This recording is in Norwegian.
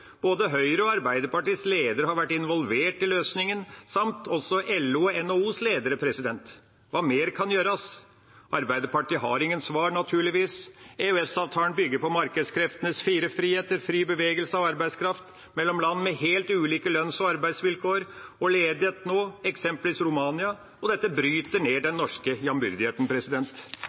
Både Høyres og Arbeiderpartiets ledere har vært involvert i løsningen samt også LOs og NHOs ledere. Hva mer kan gjøres? Arbeiderpartiet har ingen svar, naturligvis. EØS-avtalen bygger på markedskreftenes fire friheter, bl.a. fri bevegelse av arbeidskraft mellom land med helt ulike lønns- og arbeidsvilkår og ledighet, eksempelvis Romania, og dette bryter ned den norske jambyrdigheten.